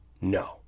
no